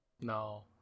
No